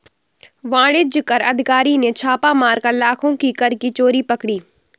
वाणिज्य कर अधिकारी ने छापा मारकर लाखों की कर की चोरी पकड़ी